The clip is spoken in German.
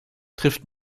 trifft